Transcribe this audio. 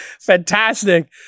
Fantastic